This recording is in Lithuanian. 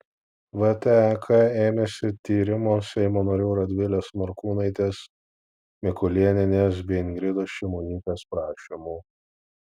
vtek ėmėsi tyrimo seimo narių radvilės morkūnaitės mikulėnienės bei ingridos šimonytės prašymu